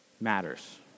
matters